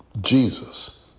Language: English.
Jesus